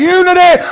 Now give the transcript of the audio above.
unity